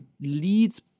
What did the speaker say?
leads